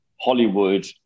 Hollywood